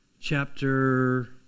chapter